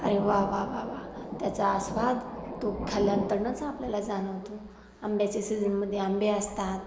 अरे वा वा वा वा त्याचा आस्वाद तो खाल्ल्यानंतरणच आपल्याला जाणवतो आंब्याचे सीजनमध्ये आंबे असतात